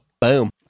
Boom